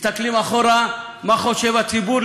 מסתכלים אחורה מה חושב הציבור,